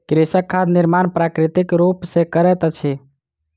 कृषक खाद निर्माण प्राकृतिक रूप सॅ करैत अछि